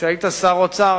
כשהיית שר האוצר,